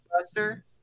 Buster